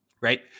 right